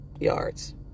yards